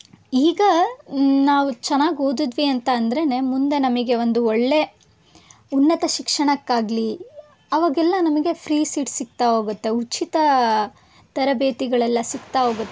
ಈಗ ನಾವು ಚೆನ್ನಾಗಿ ಓದಿದ್ವಿ ಅಂತ ಅಂದ್ರೆ ಮುಂದೆ ನಮಗೆ ಒಂದು ಒಳ್ಳೆಯ ಉನ್ನತ ಶಿಕ್ಷಣಕ್ಕಾಗಲಿ ಅವಾಗೆಲ್ಲ ನಮಗೆ ಫ್ರೀ ಸೀಟ್ ಸಿಗ್ತಾ ಹೋಗುತ್ತೆ ಉಚಿತ ತರಬೇತಿಗಳೆಲ್ಲ ಸಿಗ್ತಾ ಹೋಗುತ್ತೆ